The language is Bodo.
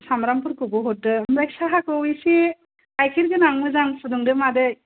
सामब्रामफोरखौबो हरदों ओमफ्राय साहाखौ इसे गाइखेरगोनां मोजां फुदुंदो मादै